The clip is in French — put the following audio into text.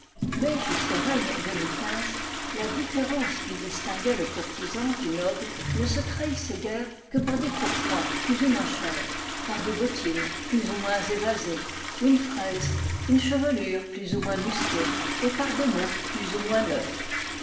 mais jusqu'au règne de louis xv la différence qui distinguait le courtisan du noble ne se trahissait guère que par des pourpoints plus ou moins chers par des bottines plus ou moins évasées une fraise une chevelure plus ou moins musquée et par des mots plus ou moins neufs